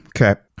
okay